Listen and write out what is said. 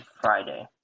Friday